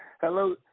Hello